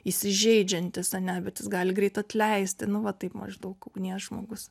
įsižeidžiantis ane bet jis gali greit atleisti nu va taip maždaug ugnies žmogus